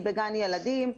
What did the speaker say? אני בגן ילדים,